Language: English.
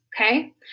okay